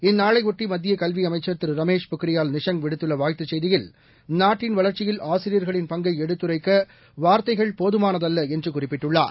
இந்நாளையொட்டி மத்திய கல்வி அமைச்சர் திரு ரமேஷ் பொக்ரியால் நிஷாங் விடுத்துள்ள வாழ்த்துச் செய்தியில் நாட்டின் வளர்ச்சியில் ஆசிரியர்களின் பங்கை எடுத்துரைக்க வார்த்தைகள் போதுமானதல்ல என்று குறிப்பிட்டுள்ளார்